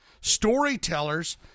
storytellers